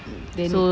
then